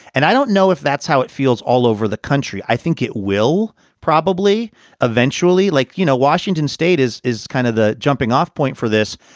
and i don't know if that's how it feels all over the country. i think it will probably eventually, like, you know, washington state is is kind of the jumping off point for this.